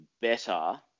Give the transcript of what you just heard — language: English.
better